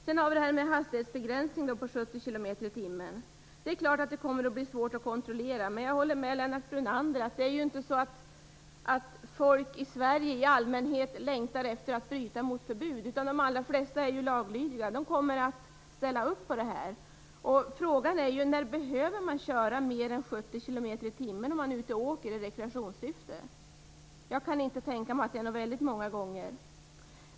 Det införs också en generell hastighetsbegränsning på 70 km tim om man är ute och åker i rekreationssyfte. Jag kan inte tänka mig att det är ofta.